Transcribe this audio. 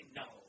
no